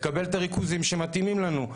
אנחנו רוצים לקבל את הריכוזים שמתאימים לנו.